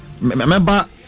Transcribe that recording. Remember